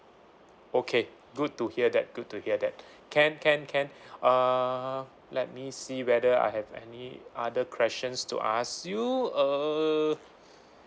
okay good to hear that good to hear that can can can uh let me see whether I have any other questions to ask you err